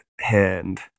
hand